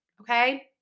Okay